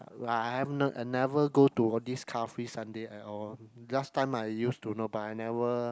like I've n~ I never go to all these car free Sunday at all last time I used to go but I never